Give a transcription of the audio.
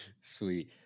Sweet